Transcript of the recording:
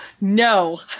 No